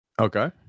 Okay